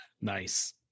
Nice